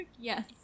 Yes